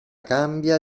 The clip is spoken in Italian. cambia